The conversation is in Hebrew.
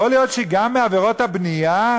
יכול להיות שגם מעבירות הבנייה,